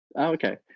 Okay